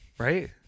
Right